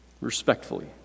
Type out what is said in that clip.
respectfully